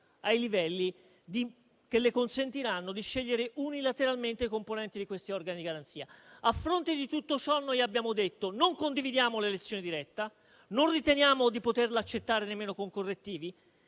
a livelli che le consentiranno di scegliere unilateralmente i componenti di questi organi di garanzia. A fronte di tutto ciò, noi abbiamo detto che non condividiamo l'elezione diretta e che non riteniamo di poterla accettare nemmeno con correttivi,